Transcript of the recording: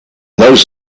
those